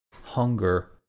hunger